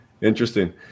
interesting